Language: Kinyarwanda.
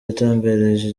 yatangarije